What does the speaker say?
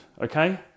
okay